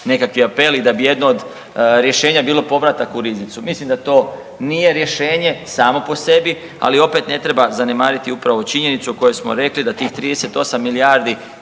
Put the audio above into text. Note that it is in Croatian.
nekakvi apeli da bi jedno od rješenja bilo povratak u riznicu. Mislim da to nije rješenje samo po sebi, ali opet ne treba zanemariti upravo ovu činjenicu o kojoj smo rekli da tih 38 milijardi